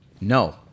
No